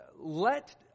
let